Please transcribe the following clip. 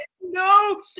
no